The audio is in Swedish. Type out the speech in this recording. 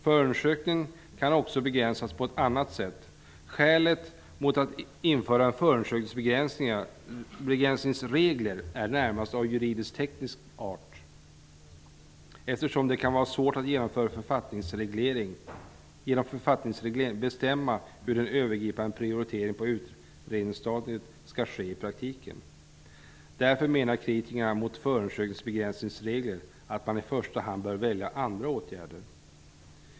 Förundersökning kan också begränsas på ett annat sätt. Skälet mot att införa förundersökningsbegränsningsregler är närmast av juridisk-teknisk art, eftersom det kan vara svårt att genom författningsreglering bestämma hur en övergripande prioritering på utredningsstadiet skall ske i praktiken. Därför menar kritikerna mot för sundersökningsbegränsningsregler att man i första hand bör välja andra åtgärder.